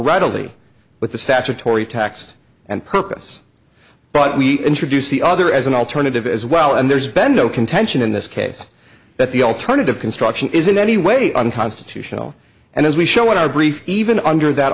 readily with the statutory text and purpose but we introduce the other as an alternative as well and there's been no contention in this case that the alternative construction is in any way unconstitutional and as we show what our brief even under that